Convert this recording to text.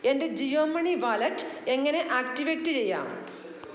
എന്റെ Jio money wallet എങ്ങനെ activate ചെയ്യാം